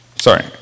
sorry